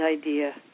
idea